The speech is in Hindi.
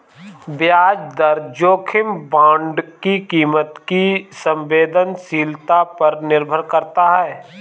ब्याज दर जोखिम बांड की कीमत की संवेदनशीलता पर निर्भर करता है